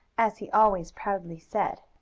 as he always proudly said.